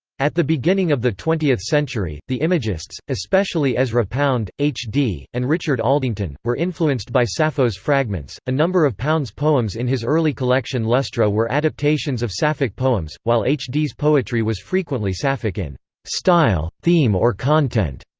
at the beginning of the twentieth century, the imagists especially ezra pound, h. d, and richard aldington were influenced by sappho's fragments a number of pound's poems in his early collection lustra were adaptations of sapphic poems, while h. d s poetry was frequently sapphic in style, theme or content,